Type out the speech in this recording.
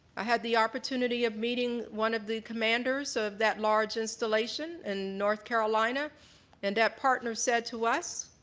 i had the opportunity of meeting one of the commanders of that large installation in north carolina and that partner said to us,